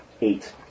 Eight